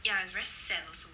ya it's very sad also